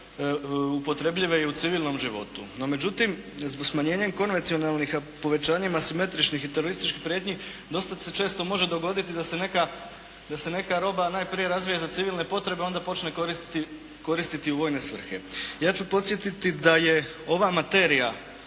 upotrebljive i u civilnom životu, no međutim smanjenjem konvencionalnih, a povećanjem asimetričnih i terorističkih prijetnji dosta se često može dogoditi da se neka roba najprije razvije za civilne potrebe, a onda počne koristiti u vojne svrhe. Ja ću podsjetiti da je ova materija